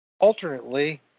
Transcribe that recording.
Alternately